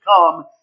come